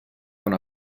una